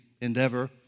endeavor